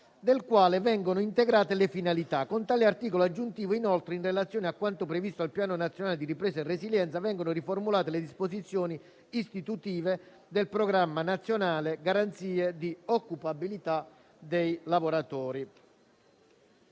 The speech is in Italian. del quale vengono integrate le finalità, Con tale articolo aggiuntivo, inoltre, in relazione a quanto previsto dal Piano nazionale di ripresa e resilienza, vengono riformulate le disposizioni istitutive del programma nazionale "Garanzia di occupabilità dei lavoratori"